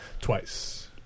Twice